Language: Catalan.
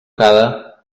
cada